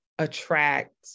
attract